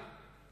מליאה.